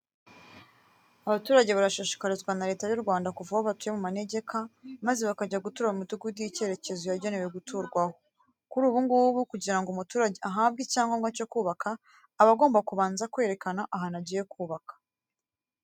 Abaturage barashishikarizwa na Leta y'u Rwanda kuva aho batuye mu manegeka, maze bakajya gutura ku midugudu y'icyerekezo yagenewe guturwaho. Kuri ubu ngubu kugira ngo umuturage ahabwe icyangombwa cyo kubaka, aba agomba kubanza kwerekana ahantu agiye kubaka.